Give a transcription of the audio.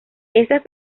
estas